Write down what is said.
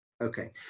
Okay